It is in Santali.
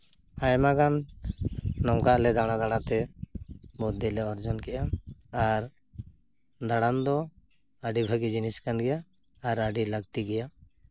ᱟᱭᱢᱟᱜᱟᱱ ᱱᱚᱝᱠᱟᱞᱮ ᱫᱟᱬᱟ ᱫᱟᱬᱟᱛᱮ ᱵᱩᱫᱽᱫᱷᱤ ᱞᱮ ᱚᱨᱡᱚᱱ ᱠᱮᱫᱼᱟ ᱟᱨ ᱫᱟᱬᱟᱱ ᱫᱚ ᱟᱹᱰᱤ ᱵᱷᱟᱹᱜᱤ ᱡᱤᱱᱤᱥ ᱠᱟᱱ ᱜᱮᱭᱟ ᱟᱨ ᱟᱹᱰᱤ ᱞᱟᱹᱠᱛᱤ ᱜᱮᱭᱟ